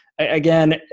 Again